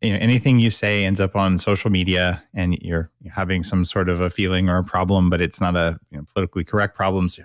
you know anything you say ends up on social media and you're having some sort of a feeling or a problem but it's not ah politically correct problems. yeah